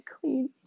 clean